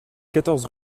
quatorze